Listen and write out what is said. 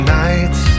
nights